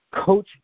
Coach